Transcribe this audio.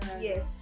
yes